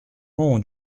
mon